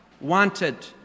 wanted